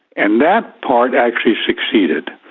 and that part actually succeeded.